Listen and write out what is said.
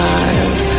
eyes